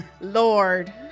Lord